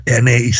NAC